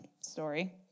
story